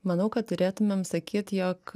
manau kad turėtumėm sakyt jog